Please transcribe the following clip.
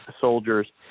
soldiers